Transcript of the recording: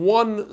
one